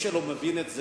מי שלא מבין את זה,